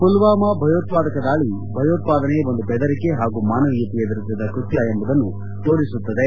ಮಲ್ವಾಮಾ ಭಯೋತ್ವಾದಕ ದಾಳಿ ಭಯೋತ್ವಾದನೆ ಒಂದು ಬೆದರಿಕೆ ಹಾಗೂ ಮಾನವೀಯತೆಯ ವಿರುದ್ಧದ ಕೃತ್ತ ಎಂಬುದನ್ನು ತೋರಿಸುತ್ತದೆ